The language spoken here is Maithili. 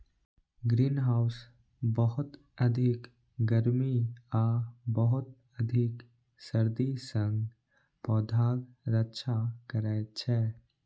ग्रीनहाउस बहुत अधिक गर्मी आ बहुत अधिक सर्दी सं पौधाक रक्षा करै छै